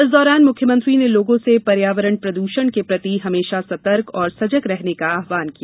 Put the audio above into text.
इस दौरान मुख्यमंत्री ने लोगों से पर्यावरण प्रदूषण के प्रति हमेशा सतर्क और सजग रहने का आव्हान भी किया